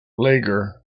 lager